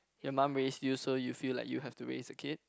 your mum raise you so you feel like you have to raise a kid